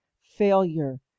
failure